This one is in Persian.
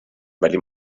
ولی